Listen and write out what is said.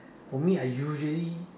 for me I usually